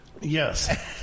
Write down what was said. Yes